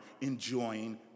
enjoying